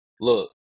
look